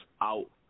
out